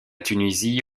tunisie